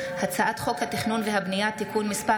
הצעת חוק הגז (בטיחות ורישוי) (תיקון מס'